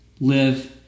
live